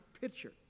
picture